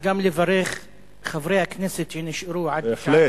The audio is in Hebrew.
גם לברך את חברי הכנסת שנשארו עד שעה